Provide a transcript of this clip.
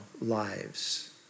lives